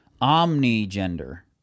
omni-gender